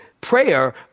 prayer